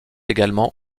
également